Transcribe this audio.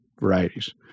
varieties